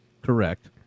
correct